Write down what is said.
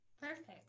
Perfect